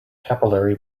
capillary